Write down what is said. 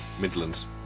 Midlands